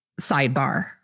sidebar